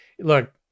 look